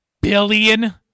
billion